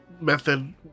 method